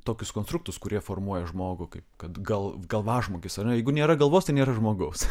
tokius konstruktus kurie formuoja žmogų kaip kad gal galvažmogis ar ne jeigu nėra galvos nėra žmogaus